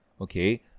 Okay